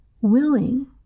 willing